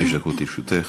חמש דקות לרשותך.